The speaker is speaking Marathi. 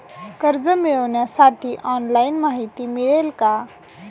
कर्ज मिळविण्यासाठी ऑनलाइन माहिती मिळेल का?